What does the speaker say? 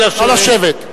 נא לשבת.